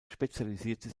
spezialisierte